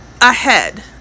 ahead